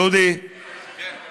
דודי, כן.